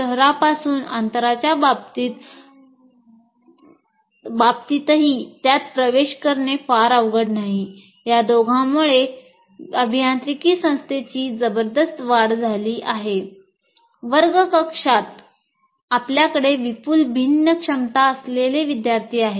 जर आपण ते CET आपल्याकडे विपुल भिन्न क्षमता असलेले विद्यार्थी आहेत